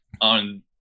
on